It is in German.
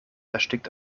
erstickt